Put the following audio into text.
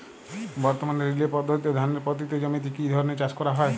বর্তমানে রিলে পদ্ধতিতে ধানের পতিত জমিতে কী ধরনের চাষ করা হয়?